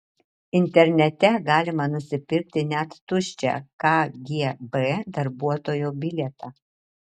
internete galima nusipirkti net tuščią kgb darbuotojo bilietą